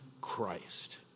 Christ